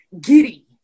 giddy